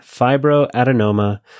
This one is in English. fibroadenoma